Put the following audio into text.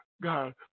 God